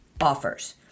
offers